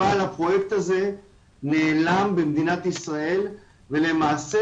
אבל הפרויקט הזה נעלם במדינת ישראל ולמעשה